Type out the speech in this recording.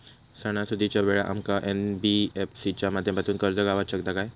सणासुदीच्या वेळा आमका एन.बी.एफ.सी च्या माध्यमातून कर्ज गावात शकता काय?